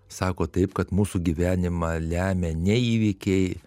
sako taip kad mūsų gyvenimą lemia ne įvykiai